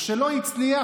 כשלא הצליח,